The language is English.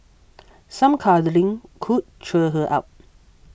some cuddling could cheer her up